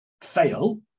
fail